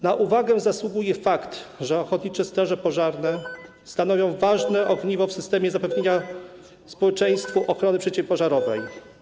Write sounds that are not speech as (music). Na uwagę zasługuje fakt, (noise) że ochotnicze straże pożarne stanowią ważne ogniwo w systemie zapewnienia społeczeństwu ochrony przeciwpożarowej.